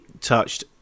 touched